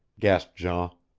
gasped jean.